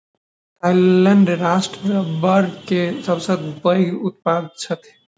Thailand राष्ट्र रबड़ के सबसे पैघ उत्पादक अछि